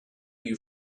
you